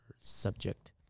subject